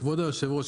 כבוד היושב ראש,